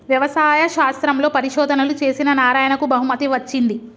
వ్యవసాయ శాస్త్రంలో పరిశోధనలు చేసిన నారాయణకు బహుమతి వచ్చింది